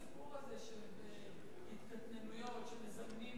כל הסיפור הזה של התקטננויות --- דיפלומטים